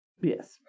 Yes